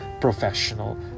professional